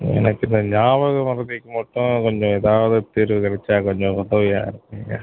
எனக்கு இந்த ஞாபக மறதிக்கு மட்டும் கொஞ்சம் ஏதாவது தீர்வு கிடச்சா கொஞ்சம் உதவியாக இருக்குங்கய்யா